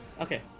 Okay